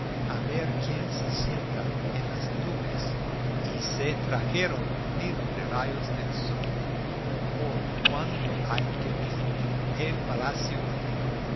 a ver quién se sienta en las nubes y se trajeron un nido de rayos de sol oh cuánto hay que ver y el palacio hindú